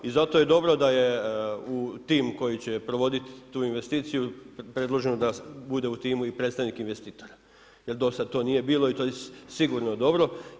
I zato je dobro da je tim koji će provoditi tu investiciju predloženo da bude u timu i predstavnik investitora, jer do sad to nije bilo i to je sigurno dobro.